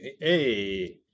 hey